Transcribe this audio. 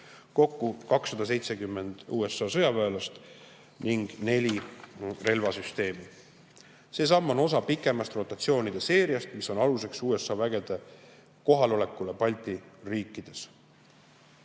kokku 270 USA sõjaväelast ning neli relvasüsteemi. See samm on osa pikemast rotatsioonide seeriast, mis on aluseks USA vägede kohalolekule Balti riikides.